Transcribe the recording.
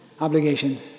obligation